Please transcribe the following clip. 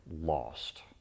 lost